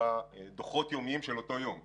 דוחות יומיים של אותו יום.